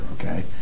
okay